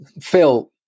Phil